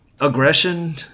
aggression